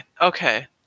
okay